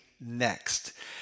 next